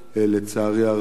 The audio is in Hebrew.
לצערי הרב,